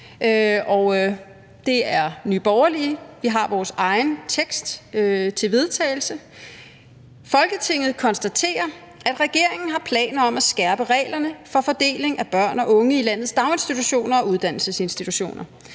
eget forslag til vedtagelse: Forslag til vedtagelse »Folketinget konstaterer, at regeringen har planer om at skærpe reglerne for fordeling af børn og unge i landets daginstitutioner og uddannelsesinstitutioner.